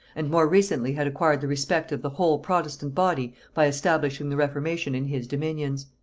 and more recently had acquired the respect of the whole protestant body by establishing the reformation in his dominions.